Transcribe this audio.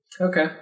Okay